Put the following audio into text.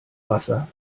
wasser